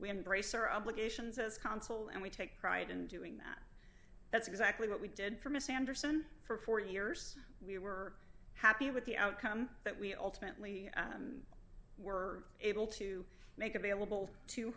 embrace our obligations as counsel and we take pride in doing that that's exactly what we did for miss anderson for four years we were happy with the outcome that we ultimately were able to make available to